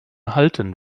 halten